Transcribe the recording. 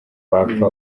wapfa